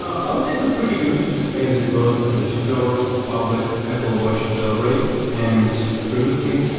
ah um i would say it was pretty good, as it was the first public apple watch jailbreak. and previously,